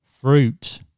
fruit